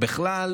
בכלל,